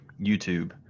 YouTube